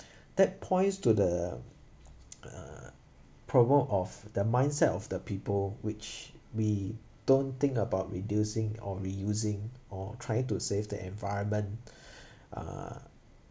that points to the uh problem of the mindset of the people which we don't think about reducing or reusing or trying to save the environment uh